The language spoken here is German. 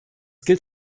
gilt